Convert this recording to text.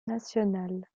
national